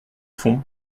fond